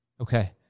Okay